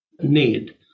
need